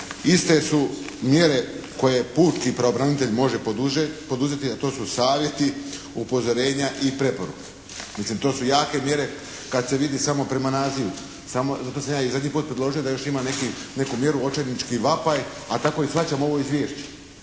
Iste su mjere koje pučki pravobranitelj može poduzeti, a to su savjeti, upozorenja i preporuke. Mislim to su jake mjere kada se vidi samo prema nazivu. Zato sam ja i zadnji puta predložio da još ima neku mjeru očajnički vapaj, a tako i shvaćam ovo izvješće.